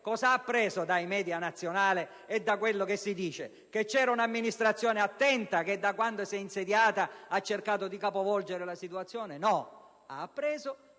cosa ha appresso dai *media* nazionali e da quanto si dice? Non certo che c'era un'amministrazione attenta che, da quando si è insediata ha cercato di capovolgere la situazione. No, ha appreso